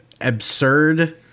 absurd